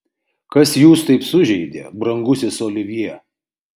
kas jūs taip sužeidė brangusis olivjė